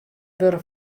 wurde